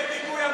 מס'